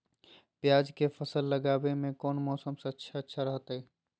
प्याज के फसल लगावे में कौन मौसम सबसे अच्छा रहतय?